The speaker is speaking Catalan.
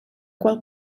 qual